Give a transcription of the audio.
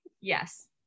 Yes